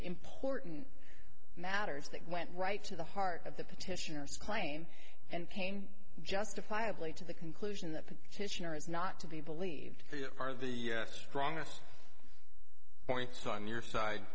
important matters that went right to the heart of the petitioners claim and pain justifiably to the conclusion that petitioner is not to be believed are the strongest points on your side